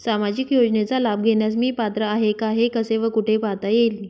सामाजिक योजनेचा लाभ घेण्यास मी पात्र आहे का हे कसे व कुठे पाहता येईल?